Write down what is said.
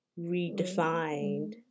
redefined